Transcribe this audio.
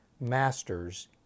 masters